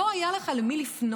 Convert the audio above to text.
לא היה לך למי לפנות.